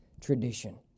tradition